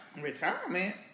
retirement